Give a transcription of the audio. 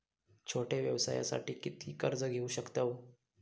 छोट्या व्यवसायासाठी किती कर्ज घेऊ शकतव?